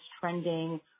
trending